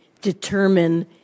determine